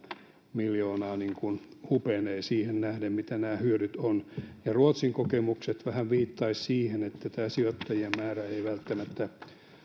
miljoonaa hupenee siihen nähden mitä nämä hyödyt ovat ja ruotsin kokemukset vähän viittaisivat siihen että sijoittajien määrä ei välttämättä